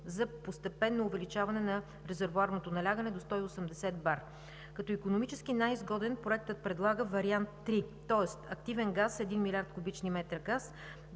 за постепенно увеличаване на резервоарното налягане до 180 бара. Като икономически най-изгоден проектът предлага вариант 3, тоест активен газ 1 млрд. куб. м газ,